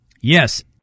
Yes